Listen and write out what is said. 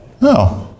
No